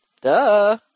Duh